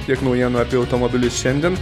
tiek naujienų apie automobilius šiandien